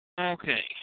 Okay